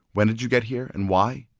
when did you get here? and why?